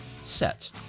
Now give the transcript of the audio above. set